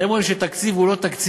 הם רואים שהתקציב הוא לא תקציב,